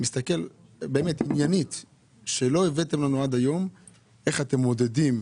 הסיגריות האלקטרוניות לא הראיתם לנו איך אתם מודדים.